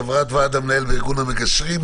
חברת הוועד המנהל בארגון המגשרים,